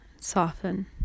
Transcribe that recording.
soften